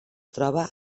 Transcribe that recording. troba